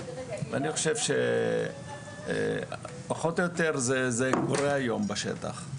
ואני חושב שפחות או יותר זה קורה היום בשטח.